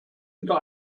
wieder